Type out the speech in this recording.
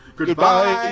Goodbye